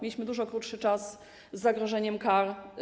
Mieliśmy dużo krótszy czas i zagrożenie karami.